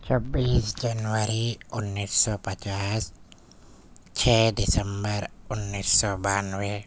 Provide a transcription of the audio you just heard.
چھبیس جنوری انیس سو پچاس چھ دسمبر انیس سو بانوے